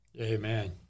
Amen